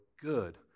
good